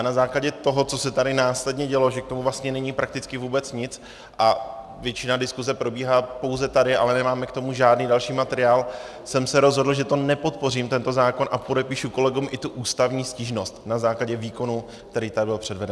Na základě toho, co se tady následně dělo, že k tomu vlastně není prakticky vůbec nic a většina diskuse probíhá pouze tady, ale nemáme k tomu žádný další materiál, jsem se rozhodl, že nepodpořím tento zákon a podepíšu kolegům i tu ústavní stížnost na základě výkonu, který tady byl předveden.